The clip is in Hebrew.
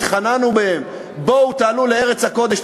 התחננו אליהם: בואו תעלו לארץ הקודש,